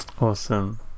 Awesome